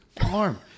farm